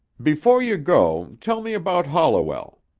before you go, tell me about holliwell.